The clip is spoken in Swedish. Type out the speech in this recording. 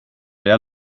jag